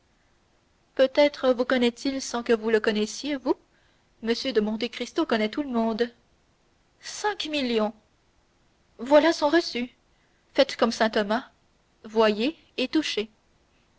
peut-être vous connaît-il sans que vous le connaissiez vous m de monte cristo connaît tout le monde cinq millions voilà son reçu faites comme saint thomas voyez et touchez